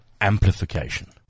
amplification